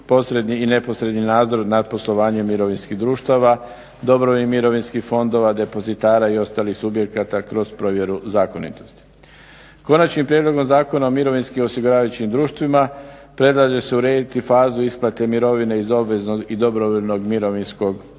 posredni i neposredni nadzor nad poslovanjem mirovinskim društava, dobrovoljnih mirovinskih fondova, depozitara i ostalih subjekata kroz provjeru zakonitosti. Konačnim prijedlogom Zakona o mirovinskim osiguravajućim društvima predlaže se urediti fazu isplate mirovine iz obveznog i dobrovoljnog mirovinskog osiguranja,